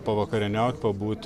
pavakarieniaut pabūt